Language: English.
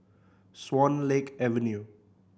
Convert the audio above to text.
Swan Lake Avenue